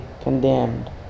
condemned